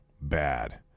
bad